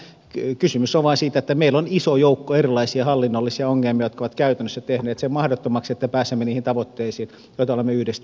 kysymys on vain siitä että meillä on iso joukko erilaisia hallinnollisia ongelmia jotka ovat käytännössä tehneet mahdottomaksi sen että pääsemme niihin tavoitteisiin joita olemme yhteisesti asettaneet